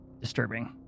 disturbing